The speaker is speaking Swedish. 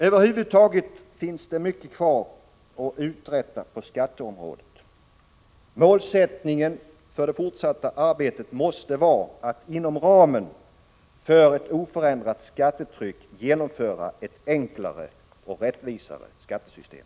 Över huvud taget finns det mycket kvar att uträtta på skatteområdet. Målsättningen för det fortsatta arbetet måste vara att inom ramen för ett oförändrat skattetryck genomföra ett enklare och rättvisare skattesystem.